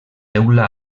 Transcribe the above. teula